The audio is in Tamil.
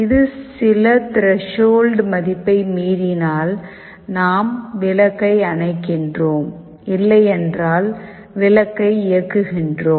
இது சில திரேஷால்ட் மதிப்பை மீறினால் நாம் விளக்கை அணைக்கிறோம் இல்லையென்றால் விளக்கை இயக்குகிறோம்